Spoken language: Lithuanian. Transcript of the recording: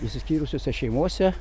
išsiskyrusiose šeimose